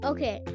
Okay